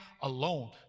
alone